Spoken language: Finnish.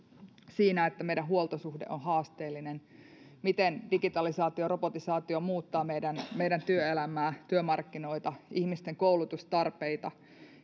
ja että meidän huoltosuhteemme on haasteellinen miten digitalisaatio ja robotisaatio muuttavat meidän meidän työelämäämme työmarkkinoitamme ihmisten koulutustarpeita